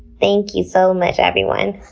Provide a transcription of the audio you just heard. thank you so much, everyone.